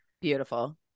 Beautiful